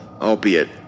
albeit